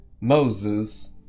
Moses